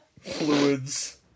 fluids